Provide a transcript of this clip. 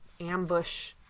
ambush